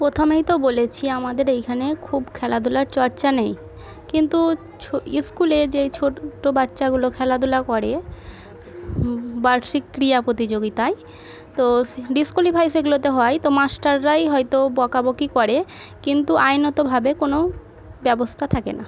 প্রথমেই তো বলেছি আমাদের এইখানে খুব খেলাধুলার চর্চা নেই কিন্তু ছো স্কুলে যেই ছোট্টো বাচ্চাগুলো খেলাধুলা করে বার্ষিক ক্রিয়া প্রতিযোগিতায় তো সে ডিসকলিফাই সেগুলোতে হয় তো মাস্টাররাই হয়তো বকাবকি করে কিন্তু আইনতভাবে কোনো ব্যবস্থা থাকে না